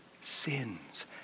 sins